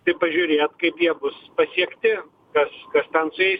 tai pažiūrėt kaip jie bus pasiekti kas kas ten su jais